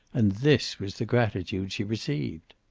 and this was the gratitude she received.